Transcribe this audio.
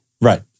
Right